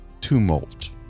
Tumult